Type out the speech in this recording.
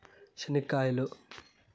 చెనిక్కాయలు